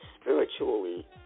spiritually